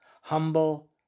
humble